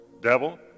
devil